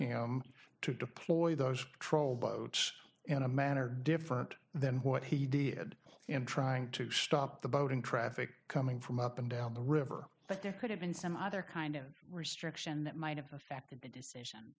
him to deploy those troll boats in a manner different than what he did in trying to stop the boating traffic coming from up and down the river but there could have been some other kind of restriction that might have affected the decision